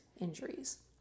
injuries